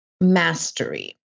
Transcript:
mastery